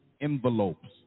envelopes